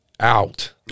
Out